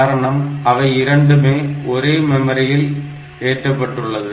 காரணம் அவை இரண்டுமே ஒரே மெமரியில் ஏற்றப்பட்டுள்ளது